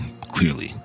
clearly